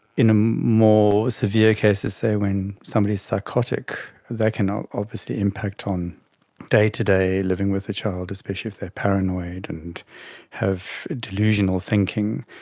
in more severe cases, say when somebody is psychotic, that can ah obviously impact on day-to-day living with a child, especially if they are paranoid and have delusional thinking.